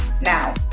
now